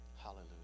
Hallelujah